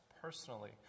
personally